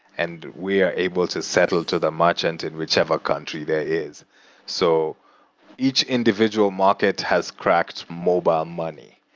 and we are able to settle to the merchant in whichever country there is so each individual market has cracked mobile money,